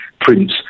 Prince